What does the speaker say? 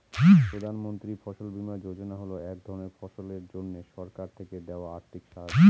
প্রধান মন্ত্রী ফসল বীমা যোজনা হল এক ধরনের ফসলের জন্যে সরকার থেকে দেওয়া আর্থিক সাহায্য